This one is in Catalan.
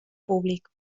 públic